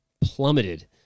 plummeted